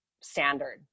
standard